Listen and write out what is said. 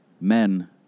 men